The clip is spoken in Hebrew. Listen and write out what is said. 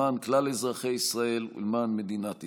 למען כלל אזרחי ישראל ולמען מדינת ישראל.